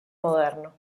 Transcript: moderno